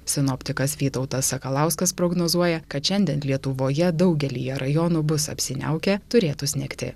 sinoptikas vytautas sakalauskas prognozuoja kad šiandien lietuvoje daugelyje rajonų bus apsiniaukę turėtų snigti